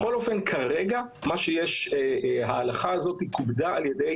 בכל אופן, כרגע, מה שיש, ההלכה הזאת כובדה על ידי